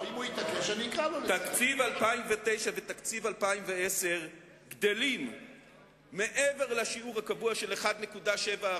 תקציב 2009 ותקציב 2010 גדלים מעבר לשיעור הקבוע של 1.7%,